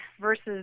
versus